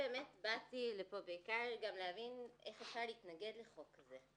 באתי לפה בעיקר כדי להבין איך אפשר להתנגד לחוק כזה,